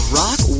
rock